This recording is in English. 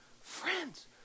friends